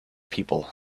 people